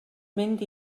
mynd